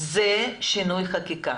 זה שינוי חקיקה.